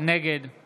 נגד